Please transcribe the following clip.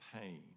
pain